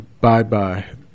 bye-bye